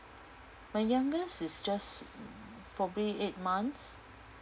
my youngest is just probably eight months